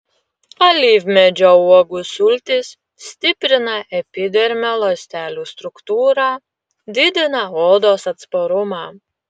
alyvmedžio uogų sultys stiprina epidermio ląstelių struktūrą didina odos atsparumą